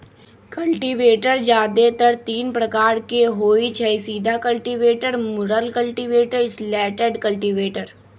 cultivator जादेतर तीने प्रकार के होई छई, सीधा कल्टिवेटर, मुरल कल्टिवेटर, स्लैटेड कल्टिवेटर